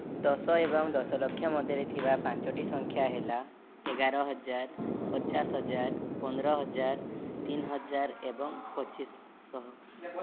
ଦଶ ଏବଂ ଦଶ ଲକ୍ଷ ମଧ୍ୟରେ ଥିବା ପାଞ୍ଚଟି ସଂଖ୍ୟା ହେଲା ଏଗାର ହଜାର ପଚାଶ ହଜାର ପନ୍ଦର ହଜାର ତିନି ହଜାର ଏବଂ ପଚିଶଶହ